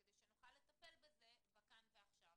כדי שנוכל לטפל בזה בכאן ועכשיו,